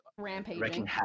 rampaging